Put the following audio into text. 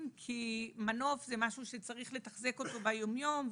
כי מנוף זה משהו שצריך לתחזק אותו ביום-יום,